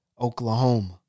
Oklahoma